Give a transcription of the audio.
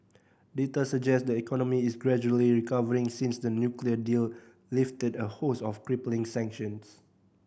data suggest the economy is gradually recovering since the nuclear deal lifted a host of crippling sanctions